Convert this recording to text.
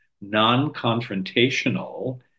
non-confrontational